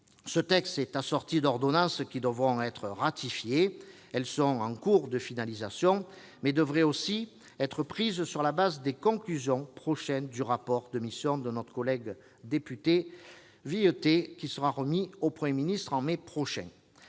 Ce texte est assorti d'ordonnances qui devront être ratifiées. Elles sont en cours de finalisation, mais devraient aussi être prises sur la base des conclusions prochaines du rapport de mission de notre collègue député Vuilletet, qui sera remis au Premier ministre en mai prochain.